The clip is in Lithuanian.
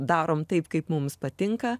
darom taip kaip mums patinka